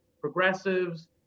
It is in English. progressives